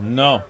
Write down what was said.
no